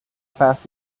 fast